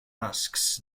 asks